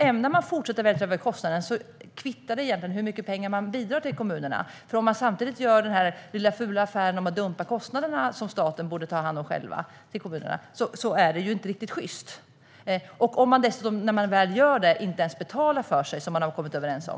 Ämnar ni fortsätta att vältra över kostnaderna kvittar det egentligen hur mycket pengar som man bidrar med till kommunerna. Om man samtidigt gör den lilla fula affären med att dumpa kostnader på kommunerna som staten själv borde ta hand om är det inte riktigt sjyst. Vad tänker Niklas Karlsson göra om man dessutom, när man väl gör detta, inte ens betalar för sig som man har kommit överens om?